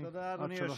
עד שלוש דקות לרשותך.